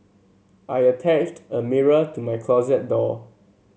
I attached a mirror to my closet door